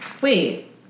wait